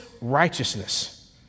righteousness